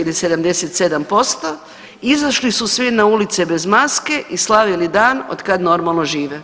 ili 77%, izašli su svi na ulice bez maske i slavili dan od kad normalno žive.